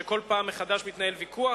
כשכל פעם מחדש מתנהל ויכוח,